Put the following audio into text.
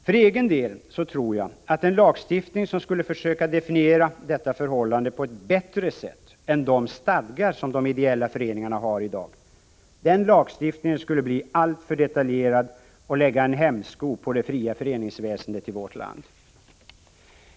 För egen del tror jag att en lagstiftning som avsåg att definiera detta förhållande på ett bättre sätt än de stadgar som de ideella föreningarna har i dag skulle bli alltför detaljerad och lägga en hämsko på det fria föreningsväsendet i vårt land.